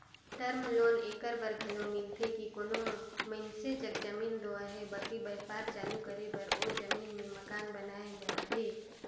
term loan एकर बर घलो मिलथे कि कोनो मइनसे जग जमीन दो अहे बकि बयपार चालू करे बर ओ जमीन में मकान बनाए बर अहे